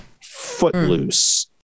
Footloose